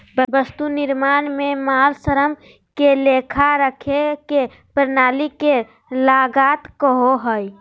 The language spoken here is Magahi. वस्तु निर्माण में माल, श्रम के लेखा रखे के प्रणाली के लागत कहो हइ